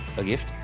a gift?